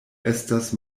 estas